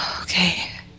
okay